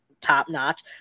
top-notch